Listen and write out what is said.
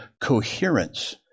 coherence